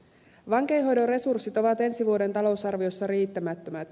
vankeinhoidon resurssit ovat ensi vuoden talousarviossa riittämättömät